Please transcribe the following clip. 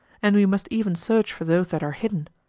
and we must even search for those that are hidden,